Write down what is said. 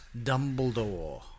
Dumbledore